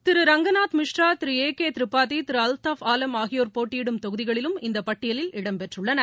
திரு Ranganath Mishra Thiru A கேதிர்பாதி திருஅஃப்தாப் ஆலம் ஆகியோர் போட்டியிடும் தொகுதிகளும் இந்தபட்டியலில் இடம்பெற்றுள்ளன